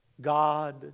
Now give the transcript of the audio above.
God